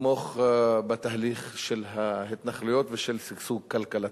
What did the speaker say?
לתמוך בתהליך של ההתנחלויות ושל שגשוג כלכלתן.